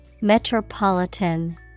Metropolitan